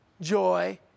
joy